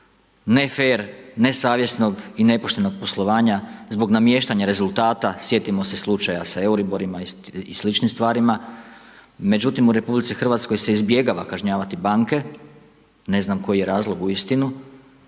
ne fer, ne savjesnog i nepoštenog poslovanja, zbog namještanja rezultata. Sjetimo se slučaja sa euriborima i sličnim stvarima. Međutim u RH se izbjegava kažnjavati banke, ne znam koji je razlog uistinu.